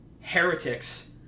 heretics